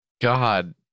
God